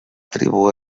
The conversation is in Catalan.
tribu